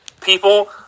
people